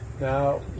Now